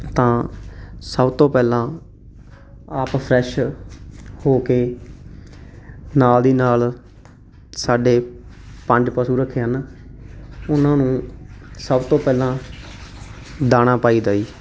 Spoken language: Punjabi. ਤਾਂ ਸਭ ਤੋਂ ਪਹਿਲਾਂ ਆਪ ਫਰੈਸ਼ ਹੋ ਕੇ ਨਾਲ ਦੀ ਨਾਲ ਸਾਡੇ ਪੰਜ ਪਸ਼ੂ ਰੱਖੇ ਹਨ ਉਹਨਾਂ ਨੂੰ ਸਭ ਤੋਂ ਪਹਿਲਾਂ ਦਾਣਾ ਪਾਈਦਾ ਜੀ